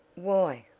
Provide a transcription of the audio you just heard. why,